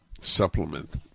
supplement